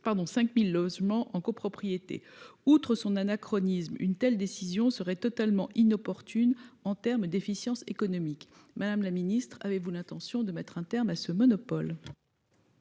5 000 logements en copropriété. Outre son anachronisme, une telle décision serait totalement inopportune en termes d'efficience économique ». Madame la secrétaire d'État, avez-vous l'intention de mettre un terme à ce monopole ?